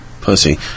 Pussy